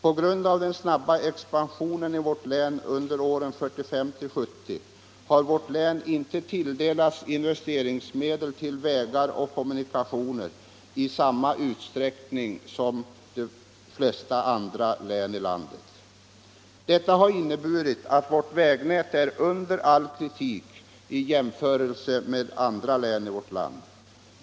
På grund av den snabba expansionen i Västmanlands län under åren 1945-1970 har vårt län inte tilldelats investeringsmedel till vägar och kommunikationer i samma utsträckning som de flesta andra län i landet. Detta har inneburit att vårt vägnät är under all kritik i jämförelse med andra län i vårt land.